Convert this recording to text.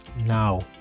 Now